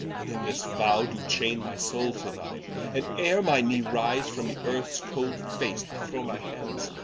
and in this vow do chaine my soule to thine and ere my knee rise from the earths cold face, i throw my hands,